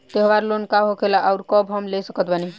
त्योहार लोन का होखेला आउर कब हम ले सकत बानी?